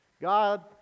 God